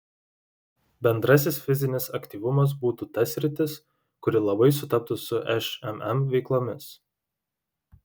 bendrasis fizinis aktyvumas būtų ta sritis kuri labai sutaptų su šmm veiklomis